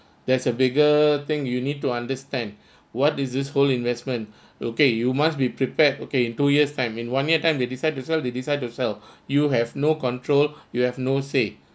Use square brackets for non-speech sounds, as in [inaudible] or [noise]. there is a bigger thing you need to understand [breath] what is this whole investment [breath] okay you must be prepared okay in two years time in one year time they decide to sell they decide to sell [breath] you have no control you have no say